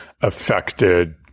affected